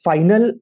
Final